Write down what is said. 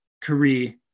career